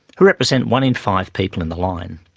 who represent one in five people in the line.